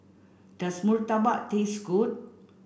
does Murtabak taste good